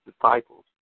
disciples